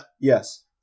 yes